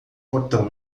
portão